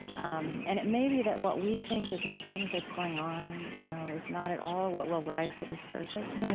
um and it may be that what we think is important that's going on you know is not at all what will rise to the surface.